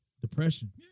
depression